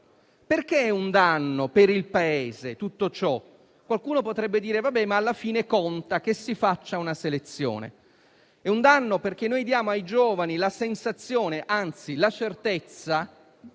Perché è un danno per il Paese tutto ciò? Qualcuno potrebbe dire che, alla fine, quello che conta è che si faccia una selezione. È un danno, perché diamo ai giovani la sensazione - anzi, la certezza